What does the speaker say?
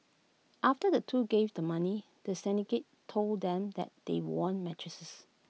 after the two gave the money the syndicate told them that they won mattresses